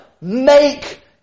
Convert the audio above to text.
Make